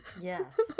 Yes